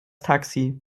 taxi